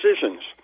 decisions